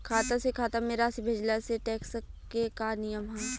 खाता से खाता में राशि भेजला से टेक्स के का नियम ह?